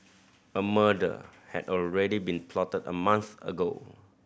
a murder had already been plotted a month ago